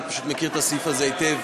אני פשוט מכיר את הסעיף הזה היטב.